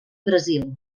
brasil